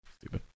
stupid